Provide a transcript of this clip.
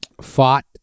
fought